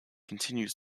continues